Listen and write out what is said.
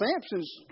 Samson's